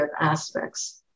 aspects